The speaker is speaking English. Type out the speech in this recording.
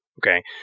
Okay